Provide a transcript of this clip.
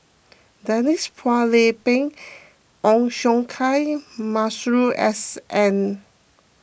Denise Phua Lay Peng Ong Siong Kai Masuri S N